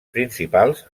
principals